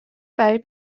برای